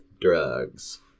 drugs